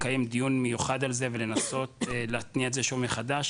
אם נוכל לקיים דיון מיוחד על זה ולנסות להתניע את זה שוב מחדש,